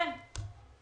אין.